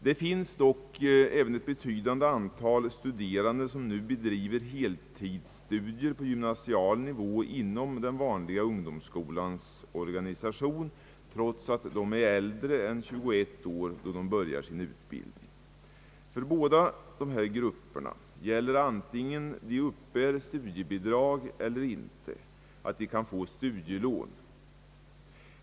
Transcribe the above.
Det finns dock även ett betydande antal studerande som redan nu bedriver heltidsstudier på gymnasial nivå inom den vanliga ungdomsskolans organisation, trots att de är äldre än 21 år då de börjar sin utbildning. För båda dessa grupper gäller, antingen de uppbär studiebidrag eller inte, att de kan få studielån.